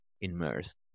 immersed